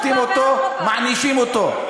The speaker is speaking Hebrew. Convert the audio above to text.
אז אתם שופטים אותו, מענישים אותו.